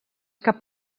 cap